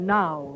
now